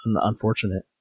unfortunate